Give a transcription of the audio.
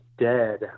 dead